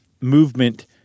movement